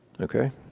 okay